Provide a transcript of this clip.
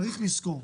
צריך לזכור,